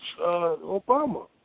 Obama